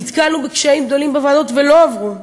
נתקלנו בקשיים גדולים בוועדות והן לא עברו,